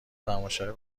تماشای